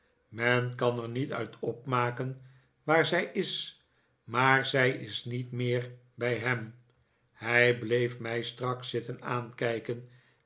men kan er niet uit opmaken waar zij is maar zij is niet meer bij hem hij bleef mij strak zitten aankijken